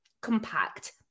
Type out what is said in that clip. compact